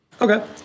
Okay